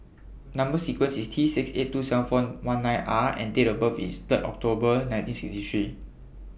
Number sequence IS T six eight two seven four one nine R and Date of birth IS Third October nineteen sixty three